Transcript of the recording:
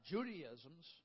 Judaism's